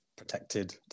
protected